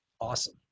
awesome